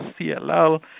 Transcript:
CLL